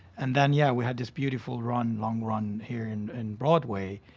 and then, yeah, we had this beautiful run, long run, here in and broadway,